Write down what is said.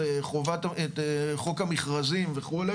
את חוק המכרזים וכו',